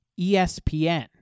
ESPN